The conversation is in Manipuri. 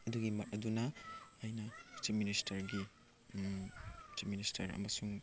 ꯑꯗꯨꯒꯤ ꯑꯗꯨꯅ ꯑꯩ ꯆꯤꯐ ꯃꯤꯅꯤꯁꯇꯔꯒꯤ ꯆꯤꯐ ꯃꯤꯅꯤꯁꯇꯔ ꯑꯃꯁꯨꯡ